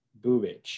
Bubich